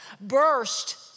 burst